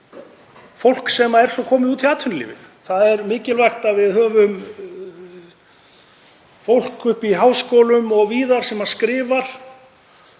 fólk sem er komið út í atvinnulífið. Það er mikilvægt að við höfum fólk í háskólum og víðar sem skrifar